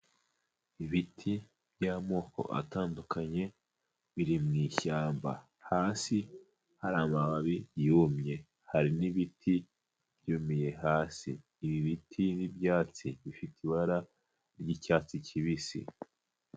Ibiti by'amoko atandukanye biri mu ishyamba, hasi hari amababi yumye, hari n'ibiti byumiye hasi, ibi biti n'ibyatsi bifite ibara ry'icyatsi kibisi.